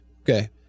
Okay